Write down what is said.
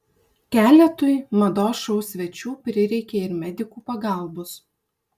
keletui mados šou svečių prireikė ir medikų pagalbos